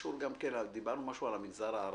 דיברנו משהו על המגזר הערבי.